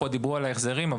דיברו על ההחזרים,